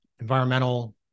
environmental